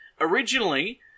originally